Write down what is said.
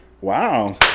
Wow